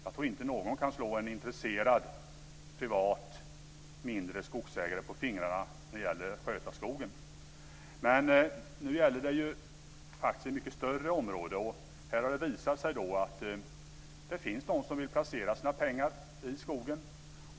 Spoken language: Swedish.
Jag tror inte att någon kan slå en intresserad privat mindre skogsägare på fingrarna när det gäller att sköta skogen. Men nu gäller det faktiskt ett mycket större område. Här har det visat sig att det finns de som vill placera sina pengar i skogen.